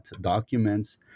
documents